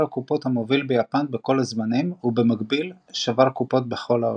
הקופות המוביל ביפן בכל הזמנים ובמקביל שבר קופות בכל העולם.